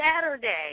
Saturday